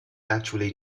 actually